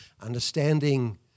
understanding